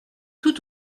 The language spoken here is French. tout